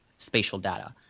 spatial data.